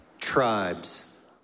Tribes